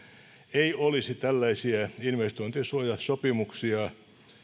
ei olisi tällaisia investointisuojasopimuksia